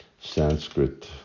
Sanskrit